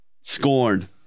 scorn